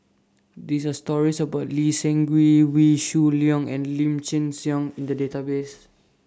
These Are stories about Lee Seng Gee Wee Shoo Leong and Lim Chin Siong in The databases